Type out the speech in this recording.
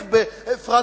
על-חשבון,